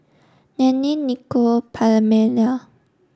Lynette Nikko Pamelia